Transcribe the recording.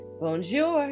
Bonjour